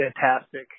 fantastic